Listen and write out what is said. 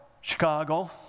Chicago